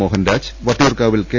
മോഹൻരാജ് വട്ടിയൂർക്കാവിൽ കെ